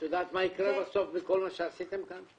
את יודעת מה יקרה בסוף מכל מה שעשיתם כאן,